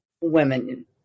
women